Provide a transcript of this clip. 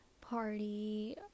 party